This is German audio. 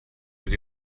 wird